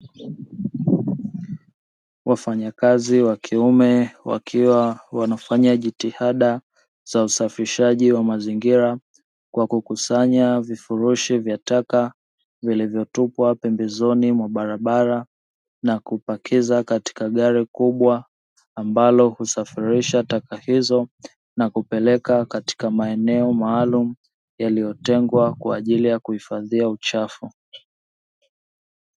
Wafanya kazi wa kiume wakiwa wanafanya jitihada za usafishaji wa mazingira kwa kusanya vifurushi vya taka vilivyo tupwa pembezoni mwa barabara na kupakiza katika gari kubwa, ambalo husafirisha taka hizo na kupeleka katika maeneo maalumu yaliyotengwa kwa ajili ya kuhifadhia uchafu.